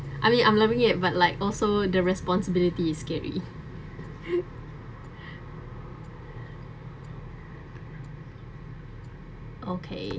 I mean I'm loving it but like also the responsibility is scary okay